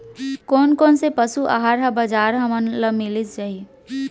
कोन कोन से पसु आहार ह बजार म हमन ल मिलिस जाही?